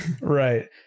right